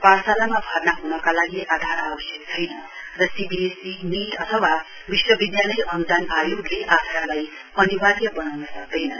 पाठशालामा भर्ना ह्नका लागि आधार आवश्यक छैन र C B S E NEET अथवा विश्वविधालय अनुदान आयोगले आधारलाई अनिर्वाय बनाउन सक्दैनन्